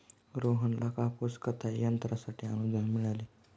रोहनला कापूस कताई यंत्रासाठी अनुदान मिळाले